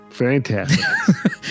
Fantastic